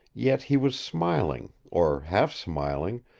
yet he was smiling, or half smiling,